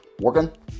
working